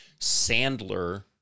Sandler